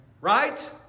Right